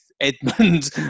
Edmund